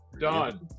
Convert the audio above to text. done